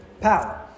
power